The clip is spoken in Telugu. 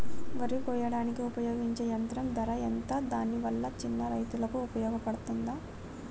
వరి కొయ్యడానికి ఉపయోగించే యంత్రం ధర ఎంత దాని వల్ల చిన్న రైతులకు ఉపయోగపడుతదా?